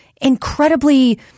incredibly